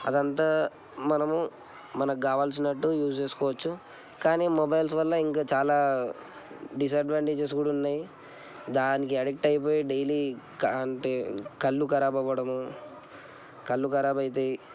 అదంతా మనము మన కావాల్సినట్టు యూస్ చేసుకోవచ్చు కానీ మొబైల్స్ వల్ల ఇంకా చాలా డిసడ్వాంటేజెస్ కూడా ఉన్నయి దానికి అడిక్ట్ అయిపోయి డైలీ అంటే కళ్ళు కరాబ్ అవడం కళ్ళు కరాబ్ అవుతాయి